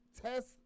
test